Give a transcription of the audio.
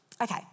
okay